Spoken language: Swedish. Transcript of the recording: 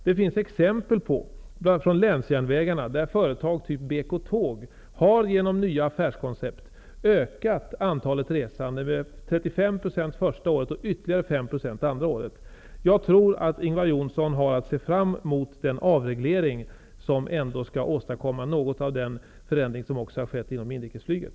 Det finns exempel bl.a. från länsjärnvägarna på att företag av typen Bk Tåg genom nya affärskoncept har ökat antalet resande med 35 % första året och ytterligare 5 % andra året. Jag tror att Ingvar Johnsson kan se fram mot att en avreglering skall kunna åstadkomma en förändring liknande den som har skett inom inrikesflyget.